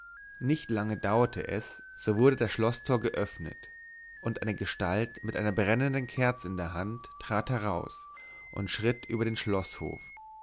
nicht lange dauerte es so wurde das schloßtor geöffnet und eine gestalt mit einer brennenden kerze in der hand trat heraus und schritt über den schloßhof